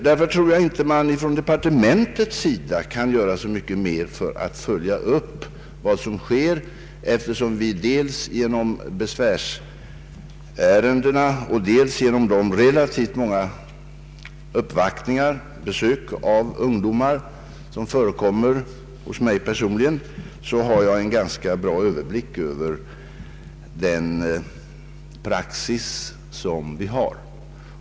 Därför tror jag att departementet inte kan göra så mycket mera för att följa upp vad som sker. Dels genom besvärsärendena, dels genom de relativt många uppvaktningar och besök av ungdomar som förekommer hos mig personligen har jag en ganska bra överblick över rådande praxis.